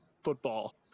football